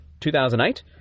2008